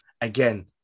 again